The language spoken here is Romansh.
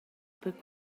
per